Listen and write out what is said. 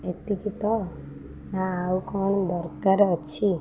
ଏତିକି ତ ନା ଆଉ କ'ଣ ଦରକାର ଅଛି